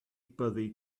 byddi